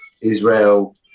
Israel